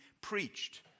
preached